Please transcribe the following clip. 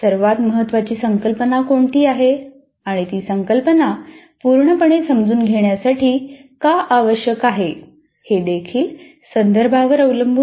सर्वात महत्वाची संकल्पना कोणती आहे आणि ती संकल्पना पूर्णपणे समजून घेण्यासाठी काय आवश्यक आहे हे देखील संदर्भांवर अवलंबून आहे